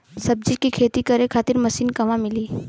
सब्जी के खेती करे खातिर मशीन कहवा मिली?